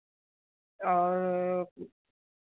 और